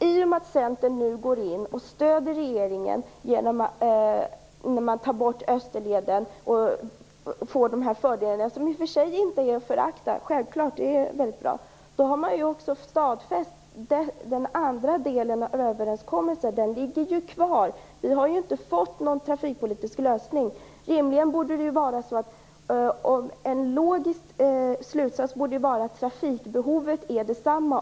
I och med att Centern nu går in och stöder regeringen genom ett borttagande av Österleden och genom de fördelar som i och för sig inte är att förakta - självklart är de väldigt bra - har man stadfäst den andra delen av överenskommelsen, som alltså ligger kvar. Vi har ju inte fått någon trafikpolitisk lösning. En logisk slutsats borde vara att trafikbehovet är detsamma.